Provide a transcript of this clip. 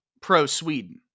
pro-Sweden